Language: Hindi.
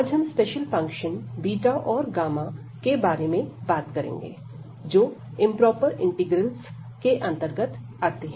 आज हम स्पेशल फंक्शन बीटा और गामा के बारे में बात करेंगे जो इंप्रोपर इंटीग्रल्स के अंतर्गत आते हैं